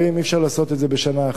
ואי-אפשר לעשות את זה בשנה אחת.